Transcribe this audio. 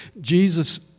Jesus